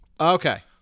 Okay